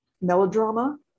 melodrama